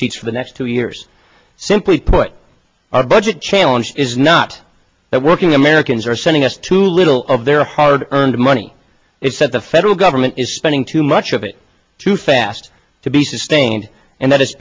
receipts for the next two years simply put our budget challenge is not working americans are sending us too little of their hard earned money it said the federal government is spending too much of it too fast to be sustained and that is